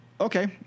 Okay